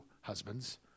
husbands